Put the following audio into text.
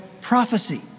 prophecy